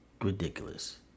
ridiculous